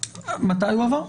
מתי הוא עבר?